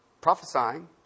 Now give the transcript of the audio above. Prophesying